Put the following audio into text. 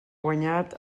guanyat